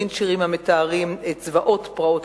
למן שירים המתארים את זוועות פרעות